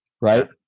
Right